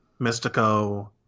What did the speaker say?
Mystico